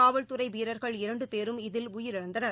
காவல்துறைவீரர்கள் இரண்டுபேரும் இதில் உயிரிழந்தனர்